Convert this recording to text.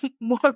more